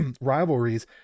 rivalries